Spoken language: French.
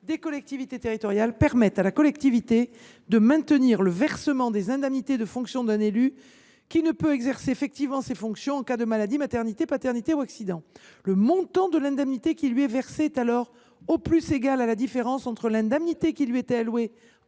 des collectivités territoriales permettent à la collectivité de maintenir le versement des indemnités de fonction d’un élu qui ne peut exercer effectivement ses fonctions en cas de maladie, de maternité, de paternité ou d’accident. Le montant de l’indemnité qui lui est versée est alors au plus égal à la différence entre l’indemnité qui lui était allouée